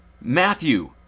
Matthew